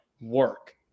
work